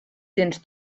tens